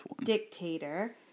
dictator